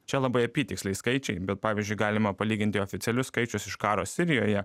čia labai apytiksliai skaičiai bet pavyzdžiui galima palyginti oficialius skaičius iš karo sirijoje